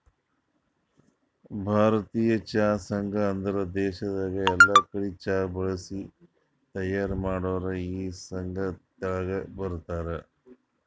ಭಾರತೀಯ ಚಹಾ ಸಂಘ ಅಂದುರ್ ದೇಶದಾಗ್ ಎಲ್ಲಾ ಕಡಿ ಚಹಾ ಬೆಳಿಸಿ ತೈಯಾರ್ ಮಾಡೋರ್ ಈ ಸಂಘ ತೆಳಗ ಬರ್ತಾರ್